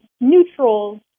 neutral